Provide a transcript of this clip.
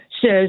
says